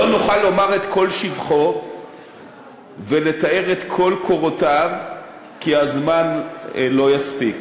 לא נוכל לומר את כל שבחו ולתאר את כל קורותיו כי הזמן לא יספיק,